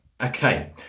Okay